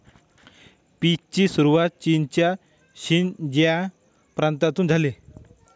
पीचची सुरुवात चीनच्या शिनजियांग प्रांतातून झाली